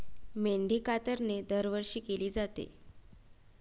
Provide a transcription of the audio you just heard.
मेंढी कातरणे दरवर्षी केली जाते